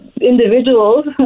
individuals